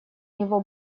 него